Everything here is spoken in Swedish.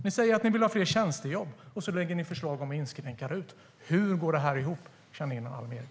Ni säger att ni vill ha fler tjänstejobb, och så lägger ni fram förslag om att inskränka RUT. Hur går det här ihop, Janine Alm Ericson?